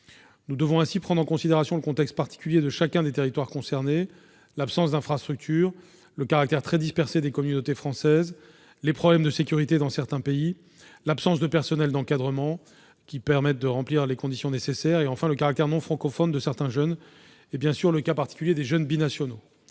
Nous devons ainsi prendre en considération le contexte particulier de chacun des territoires concernés, l'absence d'infrastructures, le caractère très dispersé des communautés françaises, les problèmes de sécurité dans certains pays, l'absence de personnel d'encadrement remplissant les conditions nécessaires, le caractère non francophone de certains jeunes et, bien sûr, le cas particulier des jeunes binationaux.